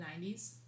90s